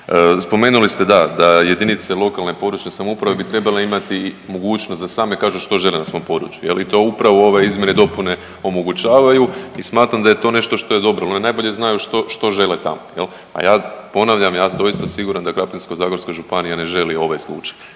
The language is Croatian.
Spomenuli ste da, da jedinice lokalne i područne samouprave bi trebale imati i mogućnost da same kažu što žele na svom području. I to upravo ove izmjene i dopune omogućavaju i smatram da je to nešto što je dobro jer one nabolje znaju što žele tamo jel. A ja ponavljam ja sam doista siguran da Krapinsko-zagorska županija ne želi ovaj slučaj.